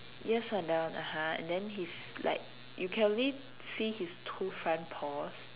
yes are down uh-huh and then he's like you can only see his two front paws